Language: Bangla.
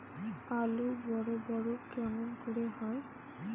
আলু বড় বড় কেমন করে হয়?